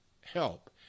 help